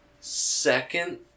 second